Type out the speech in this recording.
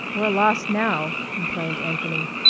we're lost now, complained anthony.